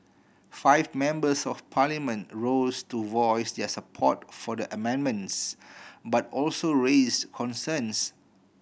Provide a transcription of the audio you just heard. five members of Parliament rose to voice their support for the amendments but also raise concerns